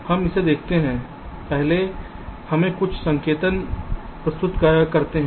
हम इसे देखते हैं पहले हमें कुछ संकेतन प्रस्तुत करते हैं